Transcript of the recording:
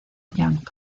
young